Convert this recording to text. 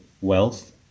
wealth